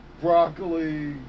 broccoli